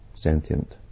Sentient